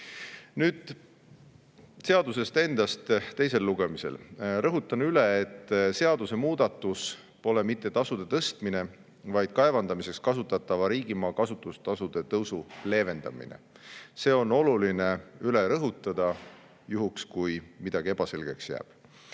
Nüüd seadusest endast teisel lugemisel. Rõhutan üle, et seadusemuudatus pole mitte tasude tõstmine, vaid kaevandamiseks kasutatava riigimaa kasutustasude tõusu leevendamine. See on oluline üle rõhutada juhuks, kui midagi ebaselgeks jääb.